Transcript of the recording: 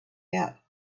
out